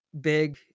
big